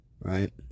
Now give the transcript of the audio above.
right